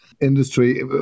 industry